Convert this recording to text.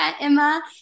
emma